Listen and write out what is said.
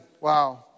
Wow